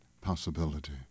possibility